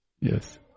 Yes